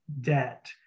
debt